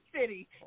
city